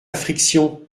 frictions